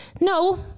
No